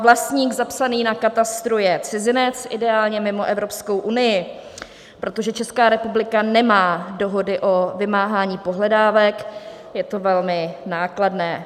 Vlastník zapsaný na katastru je cizinec, ideálně mimo Evropskou unii, protože Česká republika nemá dohody o vymáhání pohledávek, je to velmi nákladné.